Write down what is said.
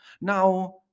Now